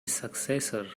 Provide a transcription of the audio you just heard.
successor